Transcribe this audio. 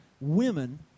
Women